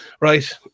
Right